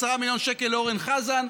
10 מיליון שקל לאורן חזן.